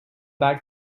back